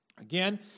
Again